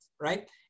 right